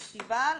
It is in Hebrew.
או פסטיבל,